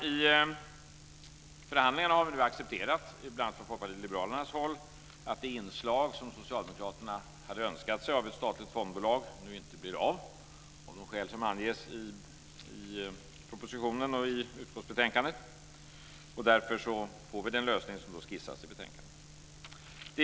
I förhandlingarna har man nu bl.a. från Folkpartiet liberalerna accepterat att det inslag som socialdemokraterna hade önskat sig av ett statligt fondbolag nu inte blir av, enligt de skäl som anges i propositionen och i utskottsbetänkandet. Därför får vi den lösning som skisseras i betänkandet.